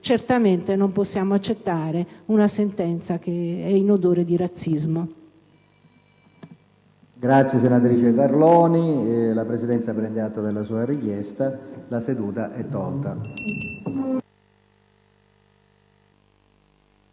Certamente non possiamo accettare una sentenza che è in odore di razzismo. PRESIDENTE. Senatrice Carloni, la Presidenza prende atto della sua richiesta. **Sul futuro